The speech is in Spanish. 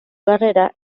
carrera